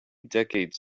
decades